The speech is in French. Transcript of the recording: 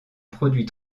produit